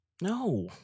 No